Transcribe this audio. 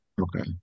Okay